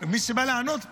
מי שבא לענות פה.